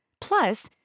Plus